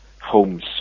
homes